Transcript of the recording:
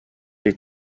les